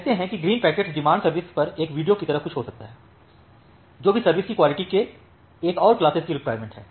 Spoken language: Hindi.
कहते हैं कि ग्रीन पैकेट्स डिमांड सर्विसेज पर एक वीडियो की तरह कुछ हो सकता है जो भी सर्विस की क्वालिटी के एक और क्लासेस की रिक्वायरमेंट है